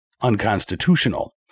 unconstitutional